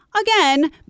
again